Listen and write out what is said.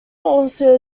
also